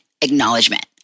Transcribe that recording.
Acknowledgement